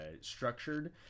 structured